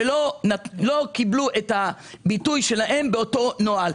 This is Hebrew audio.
שלא קיבלו ביטוי באותו נוהל,